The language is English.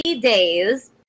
days